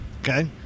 Okay